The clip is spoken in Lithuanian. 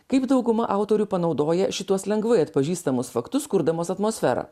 kaip dauguma autorių panaudoja šituos lengvai atpažįstamus faktus kurdamos atmosferą